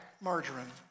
Margarine